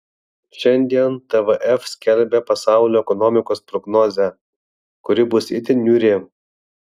šiandien tvf skelbia pasaulio ekonomikos prognozę kuri bus itin niūri